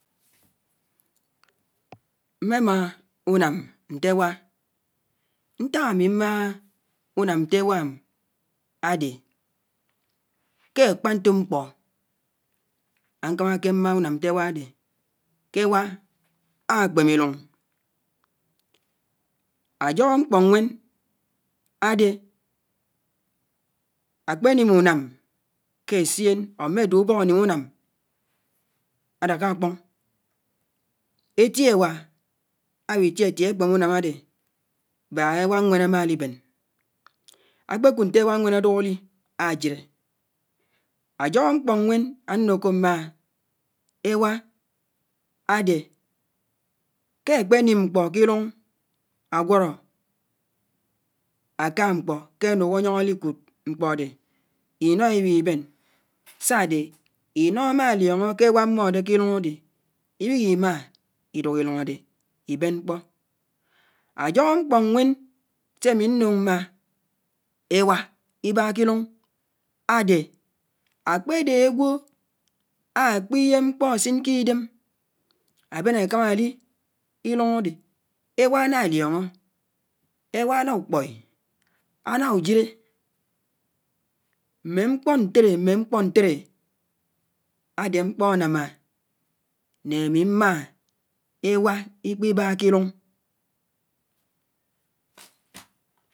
Mmémá ùnám ñté éwá, ñták ámì mmá ùnám ñté éwám ádé, ké ákpá ñtò mkpó áñkámáké mmá ùnám ñté éwá ádé kéwá ákpémé ílùñ, ájóhò mkpó ñwén ádé ákpéním ùnám kessién or mé ádwé ùbók ánúm ùnám ádáká ákpóñ étí éwá áwí tiétié ákpémé ùnám ádé báá éwá ñwén ámálíbén, ákpékùd ñtéwá ñwén ádùk álí ásiré. Ájóhó mkpó ñwén ánùkù mmá éwá ádé kékpé núm mkpò kílùñ ágwóró áká mkpó ké ánùñ ányóñ álíkùd mkpódé, inó íwíbén sádé ínó ámálióñó kéwá mmódé kílùñ ádé íwímá ídùk ílùñ ádé íbén mkpó. Ájóhó mkpó ñwén sémì ñùñ mmá éwá kílùñ ádé ákpédé ágwò ákpíhé mkpó ásín kídém ábén ákámá álí ílùñ ádé, éwá áná lióñó, éwá áná ùkpói, áná ùsíré, mmé mkpó ñtéré, mmé mkpó ñtéré, ádé mkpó ánámá némí mmá éwá íkpíbá kírùñ.